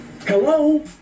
hello